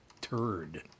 turd